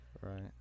Right